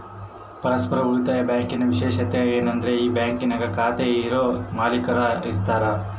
ಪರಸ್ಪರ ಉಳಿತಾಯ ಬ್ಯಾಂಕಿನ ವಿಶೇಷತೆ ಏನಂದ್ರ ಈ ಬ್ಯಾಂಕಿನಾಗ ಖಾತೆ ಇರರೇ ಮಾಲೀಕರಾಗಿ ಇರತಾರ